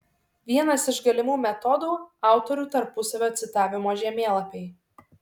vienas iš galimų metodų autorių tarpusavio citavimo žemėlapiai